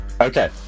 Okay